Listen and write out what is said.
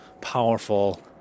powerful